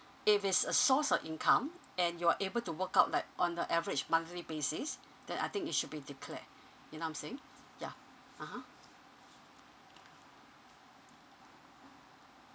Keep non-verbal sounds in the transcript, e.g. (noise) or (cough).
if it's a source of income and you're able to work out like on the average monthly basis (breath) then I think it should be declared you know I'm saying yeah uh !huh!